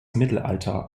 mittelalter